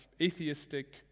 atheistic